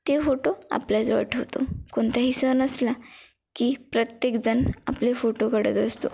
ते फोटो आपल्याजवळ ठेवतो कोणताही सण असला की प्रत्येकजण आपले फोटो काढत असतो